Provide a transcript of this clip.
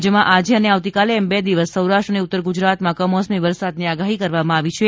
રાજ્યમાં આજે અને આવતીકાલે એમ બે દિવસ સૌરાષ્ટ્ર અને ઉત્તર ગુજરાતમાં કમોસમી વરસાદની આગાહી કરવામાં આવી છે